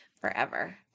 forever